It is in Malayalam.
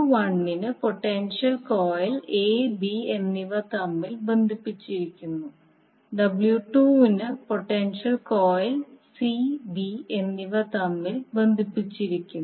W1 ന് പൊട്ടൻഷ്യൽ കോയിൽ എ ബി എന്നിവ തമ്മിൽ ബന്ധിപ്പിച്ചിരിക്കുന്നു W2 ന് പൊട്ടൻഷ്യൽ കോയിൽ സി ബി എന്നിവ തമ്മിൽ ബന്ധിപ്പിച്ചിരിക്കുന്നു